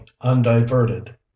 Undiverted